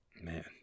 Man